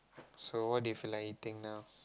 so what do you feel like eating now